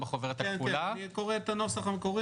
וגם את עלות החרושת,